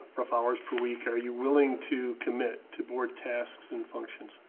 rough hours per week, are you willing to commit to board tasks and functions?